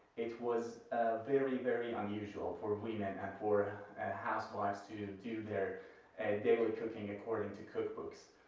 it was very very unusual for women and for housewives to do their and daily cooking according to cookbooks,